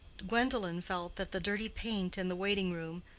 gwendolen felt that the dirty paint in the waiting-room,